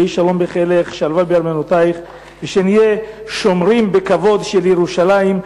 יהי שלום בחילך שלוה בארמנותיך" ושנהיה שומרים על כבוד ירושלים,